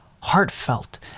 heartfelt